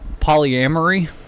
Polyamory